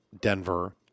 Denver